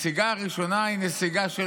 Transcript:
הנסיגה הראשונה, מתעלת